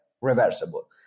reversible